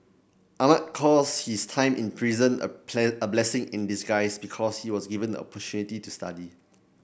Ahmad calls his time in prison a a blessing in disguise because he was given the opportunity to study